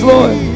Lord